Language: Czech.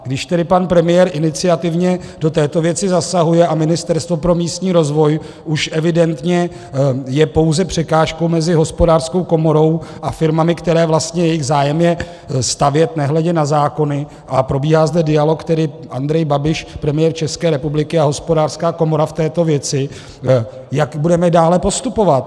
Když tedy pan premiér iniciativně do této věci zasahuje a Ministerstvo pro místní rozvoj už evidentně je pouze překážkou mezi Hospodářskou komorou a firmami, jejichž zájem je stavět nehledě na zákony, probíhá zde dialog Andrej Babiš, premiér České republiky, a Hospodářská komora v této věci, jak budeme dále postupovat?